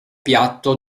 piatto